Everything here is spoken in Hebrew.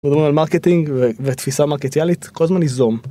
מרקטינג ותפיסה מרקטיאלית כל הזמן ניזום.